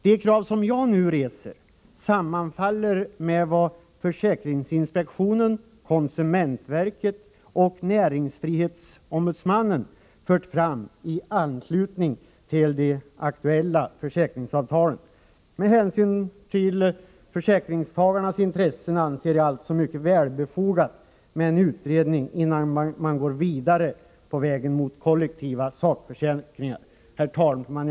De krav som jag nu reser sammanfaller med vad försäkringsinspektionen, — Nr 57 konsumentverket och näringsfrihetsombudsmannen fört fram i anslutning :! Tisdagen den till de aktuella försäkringsavtalen. 18 december 1984 Med hänsyn till försäkringstagarnas intressen anser jag det alltså vara mycket befogat med en utredning, innan man går vidare på vägen mot Kollektiv sakförkollektiva sakförsäkringar. Herr talman!